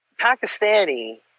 Pakistani